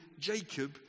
Jacob